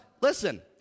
listen